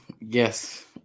yes